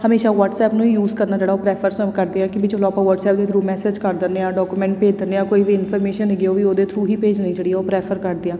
ਹਮੇਸ਼ਾ ਵਸਟਐਪ ਨੂੰ ਯੂਜ ਕਰਨਾ ਜਿਹੜਾ ਉਹ ਪ੍ਰੈਫਰ ਸਭ ਕਰਦੇ ਆ ਕਿ ਵੀ ਚਲੋ ਆਪਾਂ ਵਸਟਐਪ ਦੇ ਥਰੂ ਮੈਸੇਜ ਕਰ ਦਿੰਦੇ ਆ ਡਾਕੂਮੈਂਟ ਭੇਜ ਦਿੰਦੇ ਆ ਕੋਈ ਵੀ ਇਨਫੋਰਮੇਸ਼ਨ ਹੈਗੀ ਉਹ ਵੀ ਉਹਦੇ ਥਰੂ ਹੀ ਭੇਜਣੀ ਜਿਹੜੀ ਉਹ ਪ੍ਰੈਫਰ ਕਰਦੇ ਹਾਂ